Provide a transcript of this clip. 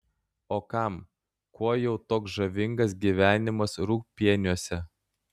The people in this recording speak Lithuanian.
o kam kuo jau toks žavingas gyvenimas rūgpieniuose